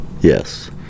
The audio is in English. Yes